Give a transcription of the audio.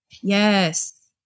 Yes